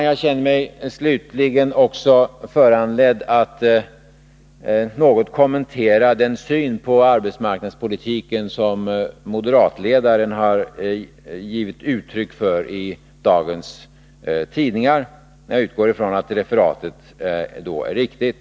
Slutligen känner jag mig föranledd att också något kommentera den syn på arbetsmarknadspolitiken som moderatledaren har gett uttryck för i dagens tidningar. Jag utgår från att det som refererats är riktigt.